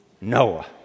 Noah